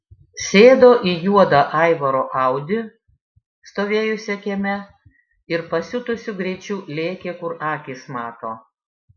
sėdo į juodą aivaro audi stovėjusią kieme ir pasiutusiu greičiu lėkė kur akys mato